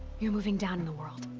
you're moving down in the world.